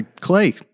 Clay